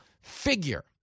figure